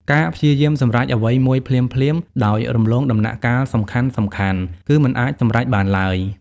ការព្យាយាមសម្រេចអ្វីមួយភ្លាមៗ ដោយរំលងដំណាក់កាលសំខាន់ៗ គឺមិនអាចសម្រេចបានឡើយ។